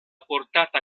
portata